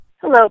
Hello